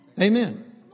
Amen